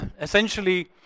essentially